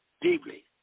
deeply